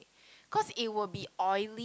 cause it will be oily